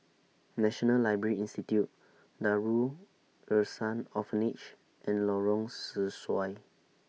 National Library Institute Darul Ihsan Orphanage and Lorong Sesuai